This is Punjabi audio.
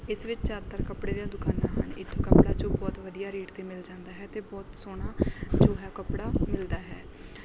ਇਸ ਵਿੱਚ ਜ਼ਿਆਦਾਤਰ ਕੱਪੜੇ ਦੀਆਂ ਦੁਕਾਨਾਂ ਹਨ ਇੱਥੋਂ ਕੱਪੜਾ ਜੋ ਬਹੁਤ ਵਧੀਆ ਰੇਟ 'ਤੇ ਮਿਲ ਜਾਂਦਾ ਹੈ ਅਤੇ ਬਹੁਤ ਸੋਹਣਾ ਜੋ ਹੈ ਕੱਪੜਾ ਮਿਲਦਾ ਹੈ